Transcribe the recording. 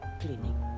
cleaning